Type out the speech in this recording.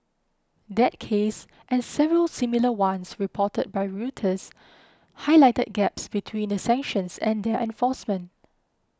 that case and several similar ones reported by Reuters Highlighted Gaps between the sanctions and their enforcement